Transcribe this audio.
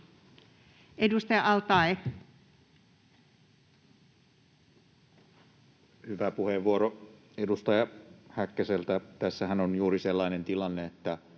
puhemies! Hyvä puheenvuoro edustaja Häkkäseltä. Tässähän on juuri sellainen tilanne, että